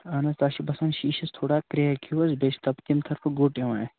اَہَن حظ تَتھ چھُ باسان شیٖشَس تھوڑا کرٛیک ہیوٗ حظ بیٚیہِ چھِ تَتھ تَمہِ طرفہٕ گوٚٹ یِوان اَتھِ